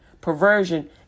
Perversion